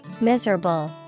Miserable